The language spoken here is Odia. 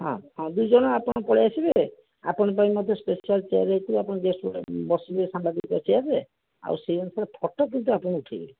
ହଁ ହଁ ଦୁଇଜଣ ଆପଣ ପଳାଇଆସିବେ ଆପଣଙ୍କ ପାଇଁ ମଧ୍ୟ ସ୍ପେଶାଲ୍ ଚେୟାର ହୋଇଥିବ ଆପଣ ଗେଷ୍ଟ୍ ଭଳିଆ ବସିବେ ସାମ୍ବାଦିକ ଚେୟାରରେ ଆଉ ସେହି ଅନୁସାରେ ଫଟୋ କିନ୍ତୁ ଆପଣ ଉଠାଇବେ